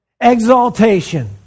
Exaltation